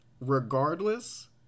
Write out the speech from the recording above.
Regardless